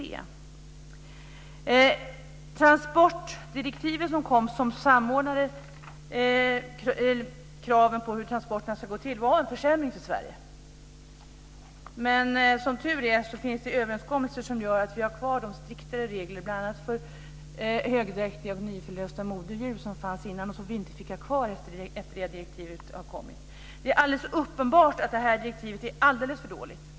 Det transportdirektiv som kom som samordnade kraven på hur transporterna ska gå till var en försämring för Sverige. Men som tur är finns det överenskommelser som gör att vi har kvar de striktare regler för bl.a. högdräktiga och nyförlösta moderdjur som fanns innan och som vi inte fick ha kvar efter det att direktivet hade kommit. Det är alldeles uppenbart att direktivet är alldeles för dåligt.